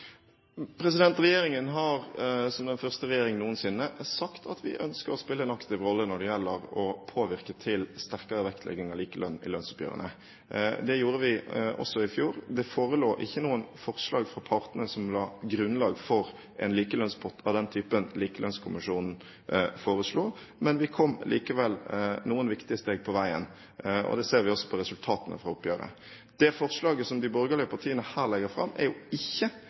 Regjeringen har som den første regjering noensinne sagt at vi ønsker å spille en aktiv rolle når det gjelder å påvirke til sterkere vektlegging av likelønn i lønnsoppgjørene. Det gjorde vi også i fjor. Det forelå ikke noen forslag fra partene som la grunnlag for en likelønnspott av den typen Likelønnskommisjonen foreslo, men vi kom likevel noen viktige steg på veien. Det ser vi også av resultatene fra oppgjøret. Det forslaget som de borgerlige partiene her legger fram, er ikke